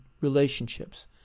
relationships